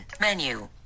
menu